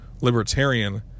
Libertarian